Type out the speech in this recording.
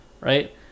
right